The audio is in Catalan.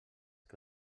que